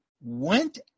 went